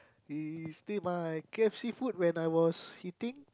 he still my k_f_c food when I was eating